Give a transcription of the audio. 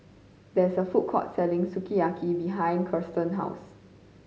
there is a food court selling Sukiyaki behind Kiersten's house